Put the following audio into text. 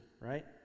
right